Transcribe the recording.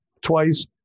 twice